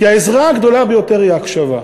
כי העזרה הגדולה ביותר ההיא ההקשבה.